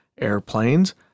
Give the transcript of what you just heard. airplanes